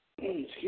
Excuse